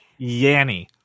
Yanny